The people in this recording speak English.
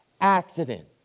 accident